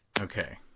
Okay